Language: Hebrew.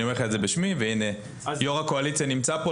אני אומר לך את זה בשמי והנה יושב ראש הקואליציה נמצא כאן.